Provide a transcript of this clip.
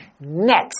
Next